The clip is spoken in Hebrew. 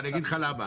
אני אגיד לך למה.